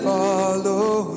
follow